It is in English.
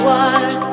one